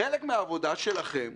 חלק מהעבודה שלכם,